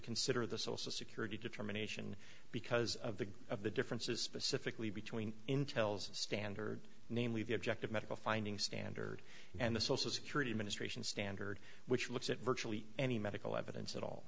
consider the social security determination because of the of the differences specifically between intel's standard namely the objective medical finding standard and the social security administration standard which looks at virtually any medical evidence at all